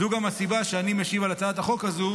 זו גם הסיבה שאני משיב על הצעת החוק הזו,